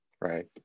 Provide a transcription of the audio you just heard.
Right